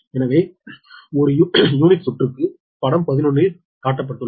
எனவே ஒரு யூனிட் சுற்றுக்கு படம் 11 இல் காட்டப்பட்டுள்ளது